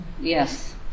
Yes